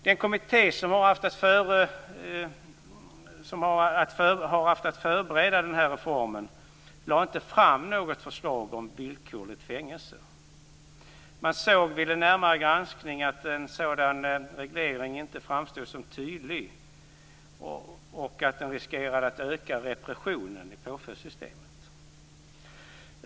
Den kommitté som har haft att förbereda reformen lade inte fram något förslag om villkorligt fängelse. Man såg vid en närmare granskning att en sådan reglering inte framstod som tydlig och att den riskerade att öka repressionen i påföljdssystemet.